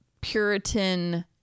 Puritan